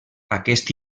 aquest